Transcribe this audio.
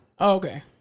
Okay